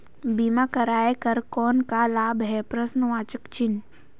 बीमा कराय कर कौन का लाभ है?